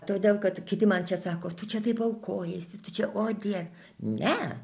todėl kad kiti man čia sako tu čia taip aukojiesi tu čia o dieve ne